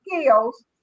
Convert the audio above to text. skills